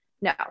No